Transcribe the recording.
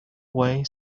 way